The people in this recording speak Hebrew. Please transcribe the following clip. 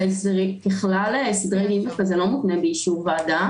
ככלל זה לא מותנה באישור ועדה.